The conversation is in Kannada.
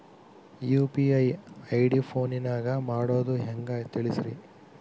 ಯು.ಪಿ.ಐ ಐ.ಡಿ ಫೋನಿನಾಗ ಮಾಡೋದು ಹೆಂಗ ತಿಳಿಸ್ರಿ?